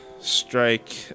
strike